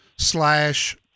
Slash